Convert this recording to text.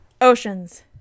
Oceans